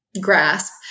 grasp